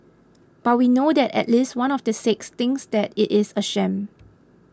but we know that at least one of the six thinks that it is a sham